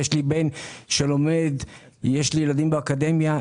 יש לי ילדים באקדמיה,